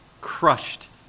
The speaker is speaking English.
crushed